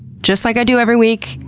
just like i do every week,